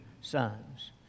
sons